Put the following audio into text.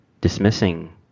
dismissing